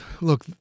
look